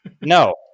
No